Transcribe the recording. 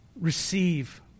receive